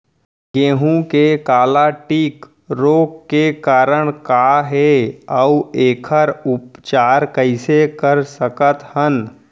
गेहूँ के काला टिक रोग के कारण का हे अऊ एखर उपचार कइसे कर सकत हन?